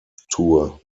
tour